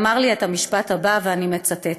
ואמר לי את המשפט הבא, ואני מצטטת: